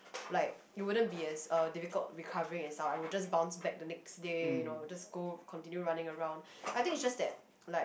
like you wouldn't be as uh difficult recovering itself I would just bounce back to next day you know just go continue running around I think is just that like